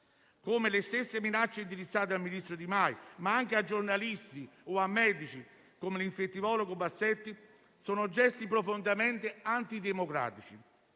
come le minacce indirizzate al ministro Di Maio, ma anche a giornalisti o a medici come l'infettivologo Bassetti, sono gesti profondamente antidemocratici